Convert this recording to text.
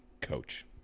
coach